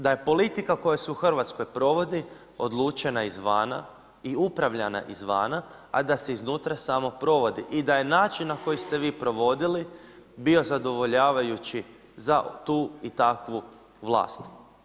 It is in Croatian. Da je politika koja se u Hrvatskoj provodi odlučena izvana i upravljana izvana, a da se iznutra samo provodi i da je način na koji ste vi provodili bio zadovoljavajući za tu i takvu vlast.